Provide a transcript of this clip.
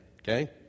okay